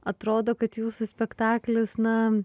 atrodo kad jūsų spektaklis na